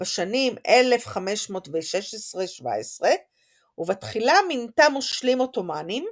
בשנים 7–1516 ובתחילה מינתה מושלים עות'מאנים,